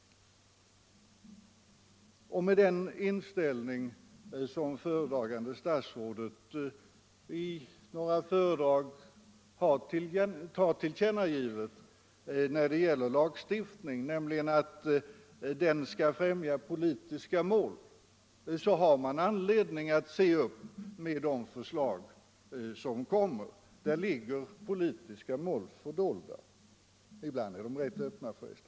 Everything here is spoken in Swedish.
Med den inställning som föredragande statsrådet i några föredrag har tillkännagivit när det gäller lagstiftning, nämligen att den skall främja politiska mål, har man anledning att se upp med de förslag som kommer. Där ligger politiska mål fördolda — ibland är de rätt öppna, för resten.